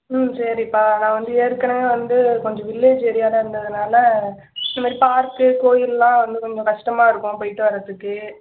ம் சரிப்பா நான் வந்து ஏற்கனவே வந்து கொஞ்சம் வில்லேஜ் ஏரியாவில் இருந்ததினால இதுமாரி பார்க்கு கோயிலெலாம் வந்து ரொம்ப கஷ்டமாக இருக்கும் போயிட்டு வரத்துக்கு